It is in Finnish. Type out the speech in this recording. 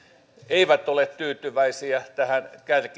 eivät ole tyytyväisiä tähän